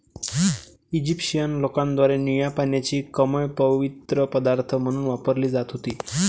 Egyptian लोकांद्वारे निळ्या पाण्याची कमळ पवित्र पदार्थ म्हणून वापरली जात होती